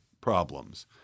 problems